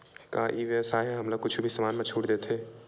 का ई व्यवसाय ह हमला कुछु भी समान मा छुट देथे?